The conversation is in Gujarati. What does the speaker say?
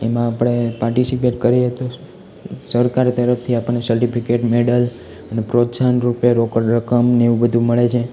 એમાં આપણે પાર્ટીસીપેટ કરીએ તો સરકાર તરફથી આપણને સર્ટિફિકેટ મેડલ અને પ્રોત્સાહન રૂપે રોકડ રકમને એવું બધું મળે છે